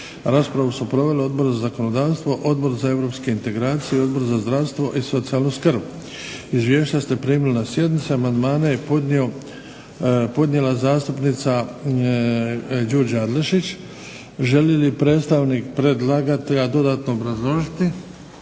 Raspravu su proveli Odbor za zakonodavstvo, Odbor za europske integracije i Odbor za zdravstvo i socijalnu skrb. Izvješća ste primili na sjednici. Amandmane je podnijela zastupnica Đurđa Adlešić. Želi li predstavnik predlagatelja dodatno obrazložiti?